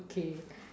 okay